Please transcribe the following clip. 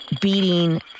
beating